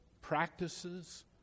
practices